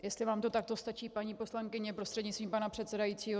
Jestli vám to takto stačí, paní poslankyně, prostřednictvím pana předsedajícího?